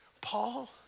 Paul